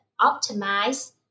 optimize